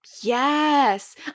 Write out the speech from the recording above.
yes